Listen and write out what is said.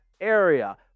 area